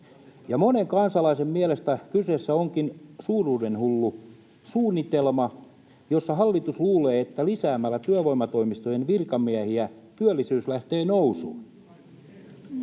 Monen kansalaisen mielestä kyseessä onkin suuruudenhullu suunnitelma, jossa hallitus luulee, että lisäämällä työvoimatoimistojen virkamiehiä työllisyys lähtee nousuun.